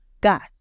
gas